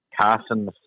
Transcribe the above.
Carson